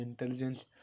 intelligence